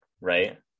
right